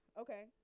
Okay